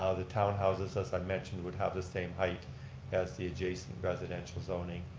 ah the town houses, as i mentioned, would have the same height as the adjacent residential zoning.